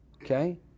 Okay